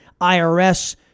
IRS